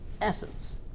essence